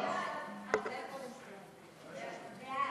חוק השכירות